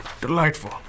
Delightful